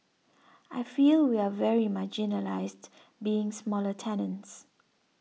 I feel we are very marginalised being smaller tenants